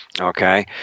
Okay